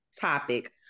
topic